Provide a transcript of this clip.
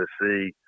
see